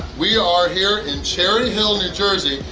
we are here in cherry hill, new jersey.